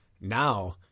Now